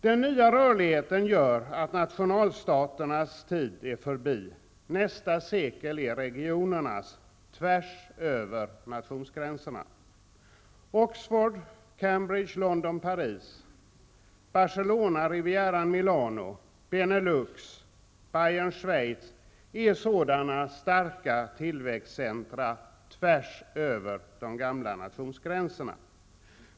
Den nya rörligheten gör att nationalstaternas tid är förbi. Nästa sekel är regionernas -- tvärs över nationsgränserna. Oxford--Cambridge--London-- Bayern--Schweiz är sådana starka tillväxtcentra tvärs över de gamla nationsgränserna.